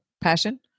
Passion